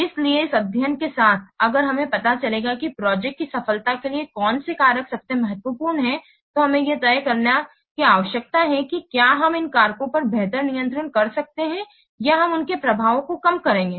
इसलिए इस अध्ययन के साथ अगर हमें पता चलेगा कि प्रोजेक्ट की सफलता के लिए कौन से कारक सबसे महत्वपूर्ण हैं तो हमें यह तय करने की आवश्यकता है कि क्या हम इन कारकों पर बेहतर नियंत्रण कर सकते हैं या हम उनके प्रभावों को कम करेंगे